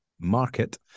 market